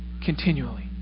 continually